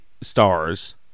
stars